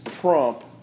trump